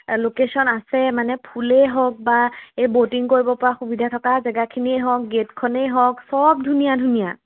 location আছে মানে ফুলেই হওক বা এই বটিং কৰিব পৰা সুবিধা থকা জেগাখিনিয়েই হওক গেটখনেই হওক সব ধুনীয়া ধুনীয়া